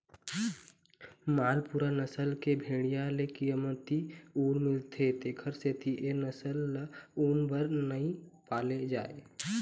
मालपूरा नसल के भेड़िया ले कमती ऊन मिलथे तेखर सेती ए नसल ल ऊन बर नइ पाले जाए